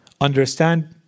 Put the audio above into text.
understand